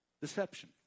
Deception